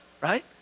right